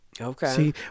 Okay